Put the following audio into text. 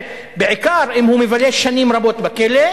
בעיקר אם הוא מבלה שנים רבות בכלא,